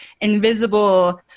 invisible